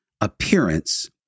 appearance